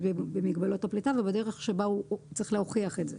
במגבלות הפליטה ובדרך שבה הוא צריך להוכיח את זה.